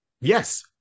Yes